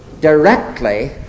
directly